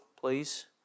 please